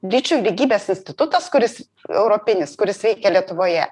lyčių lygybės institutas kuris europinis kuris veikia lietuvoje